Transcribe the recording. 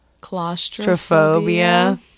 claustrophobia